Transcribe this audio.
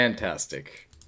Fantastic